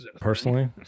personally